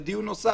ודיון נוסף.